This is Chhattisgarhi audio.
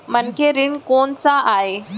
मनखे ऋण कोन स आय?